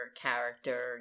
character